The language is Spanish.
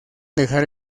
dejar